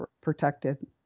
protected